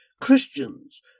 Christians